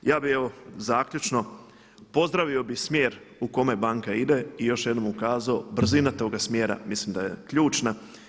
Ja bih evo zaključno, pozdravio bih smjer u kome banka ide i još jednom ukazao brzina toga smjera mislim da je ključna.